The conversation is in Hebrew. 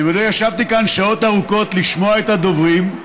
ישבתי כאן שעות ארוכות לשמוע את הדוברים.